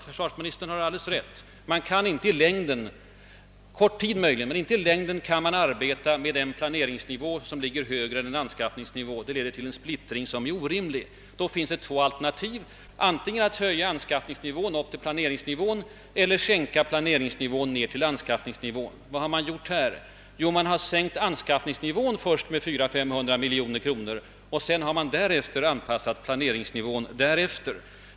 Försvarsministern har alldeles rätt i att man inte i längden — men möjligen under en kort tid — kan arbeta med en planeringsnivå som ligger högre än anskaffningsnivån. Detta leder till en orimlig splittring. Det finns två alternativ: antingen en höjning av anskaffningsnivån upp till planeringsnivån eller en sänkning av planeringsnivån ned till anskaffningsnivån. Vad har man nu gjort? Jo, man har först sänkt anskaffningsnivån med 400—500 miljoner kronor och sedan anpassat planeringsnivån därefter.